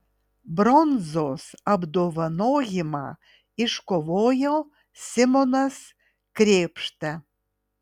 bronzos apdovanojimą iškovojo simonas krėpšta